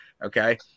Okay